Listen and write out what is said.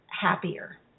happier